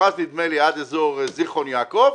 הוכרז נדמה לי עד אזור זיכרון יעקב.